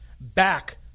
back